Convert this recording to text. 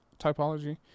typology